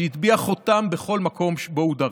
שהטביע חותם בכל מקום שבו הוא דרך.